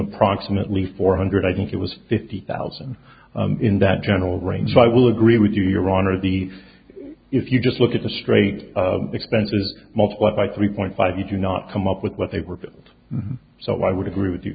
approximately four hundred i think it was fifty thousand in that general range so i will agree with you your honor the if you just look at the straight expenses multiplied by three point five you do not come up with what they were so i would agree with you